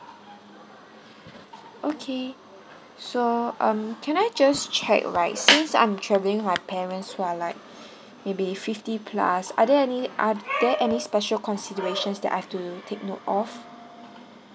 okay so um can I just check right since I'm traveling with my parents who are like maybe fifty plus are there any are there any special considerations that I have to take note of